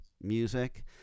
music